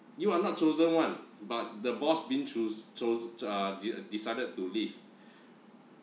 you are not chosen one but the boss being choose chose ah de~ decided to leave